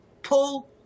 Pull